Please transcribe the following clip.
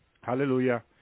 Hallelujah